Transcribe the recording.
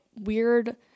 weird